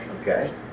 Okay